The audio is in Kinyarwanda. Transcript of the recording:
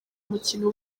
mukino